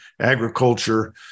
agriculture